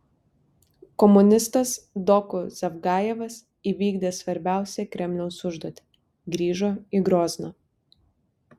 komunistas doku zavgajevas įvykdė svarbiausią kremliaus užduotį grįžo į grozną